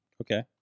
Okay